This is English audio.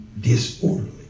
disorderly